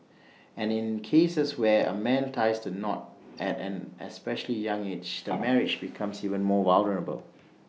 and in cases where A man ties the knot at an especially young age the marriage becomes even more vulnerable